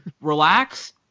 relax